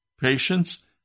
patience